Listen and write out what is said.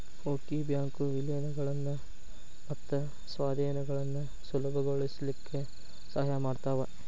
ಹೂಡ್ಕಿ ಬ್ಯಾಂಕು ವಿಲೇನಗಳನ್ನ ಮತ್ತ ಸ್ವಾಧೇನಗಳನ್ನ ಸುಲಭಗೊಳಸ್ಲಿಕ್ಕೆ ಸಹಾಯ ಮಾಡ್ತಾವ